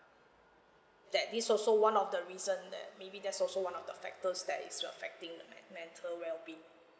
that is also one of the reason that maybe that's also one of the factors that is affecting me~ mental wellbeing